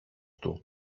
του